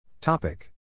Topic